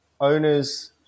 owners